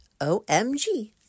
omg